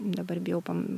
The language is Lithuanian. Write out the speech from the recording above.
dabar bijau pam